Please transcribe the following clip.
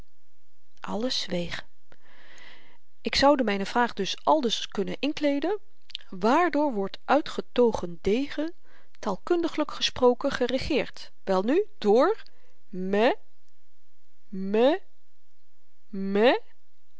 alles zweeg ik zoude myne vraag dan aldus kunnen inkleeden waardoor wordt uitgetogen degen taalkundiglyk gesproken geregeerd welnu door mê